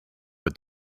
but